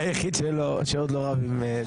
היחיד שעוד לא רב עם...